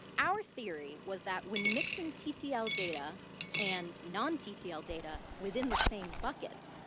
our theory was that when mixing ttl data and non ttl data within the same bucket,